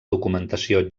documentació